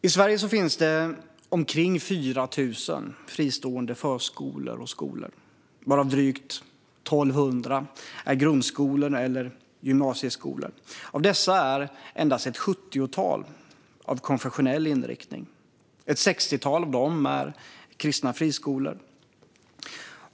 I Sverige finns det omkring 4 000 fristående förskolor och skolor, varav drygt 1 200 är grundskolor eller gymnasieskolor. Av dessa har endast ett sjuttiotal konfessionell inriktning, och ett sextiotal av dessa är kristna friskolor.